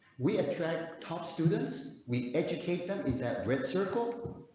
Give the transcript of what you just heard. we attract top students we educate them in that red circle.